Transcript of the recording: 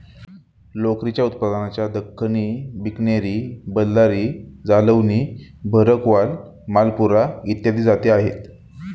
लोकरीच्या उत्पादनाच्या दख्खनी, बिकनेरी, बल्लारी, जालौनी, भरकवाल, मालपुरा इत्यादी जाती आहेत